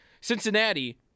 Cincinnati